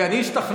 כי אני השתכנעתי,